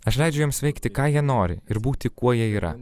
aš leidžiu jiems veikti ką jie nori ir būti kuo jie yra